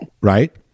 Right